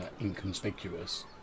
inconspicuous